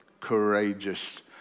courageous